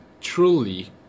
truly